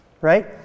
Right